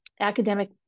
academic